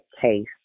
case